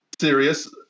serious